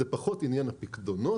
זה פחות עניין הפקדונות,